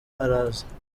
araza